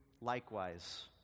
likewise